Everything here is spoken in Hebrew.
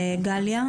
גליה,